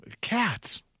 Cats